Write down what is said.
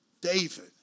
David